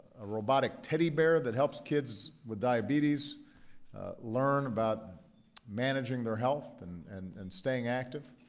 a robotic teddy bear that helps kids with diabetes learn about managing their health and and and staying active.